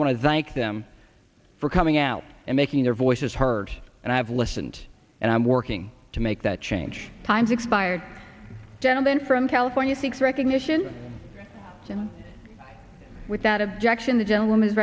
want to thank them for coming out and making their voices heard and i've listened and i'm working to make that change time's expired gentleman from california seeks recognition and without objection the gentleman